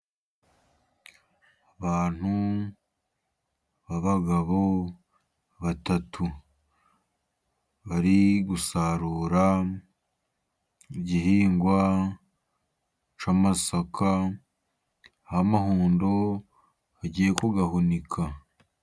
Abantu b'abagabo batatu bari gusarura igihingwa cy'amasaka y’amahundo bagiye kuyahunika.